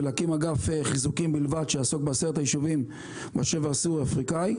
ולהקים אגף חיזוקים בלבד שיעסוק ב-10 היישובים בשבר הסורי-אפריקני,